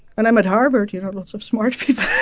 and i'm at harvard you know, lots of smart people